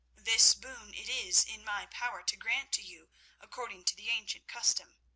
this boon it is in my power to grant to you according to the ancient custom.